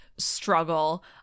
struggle